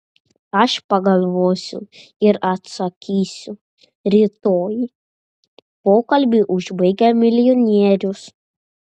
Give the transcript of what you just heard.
aš pagalvosiu ir atsakysiu rytoj pokalbį užbaigė milijonierius